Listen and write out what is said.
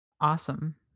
Awesome